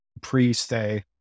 pre-stay